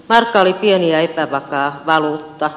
markka oli pieni ja epävakaa valuutta